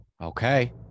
Okay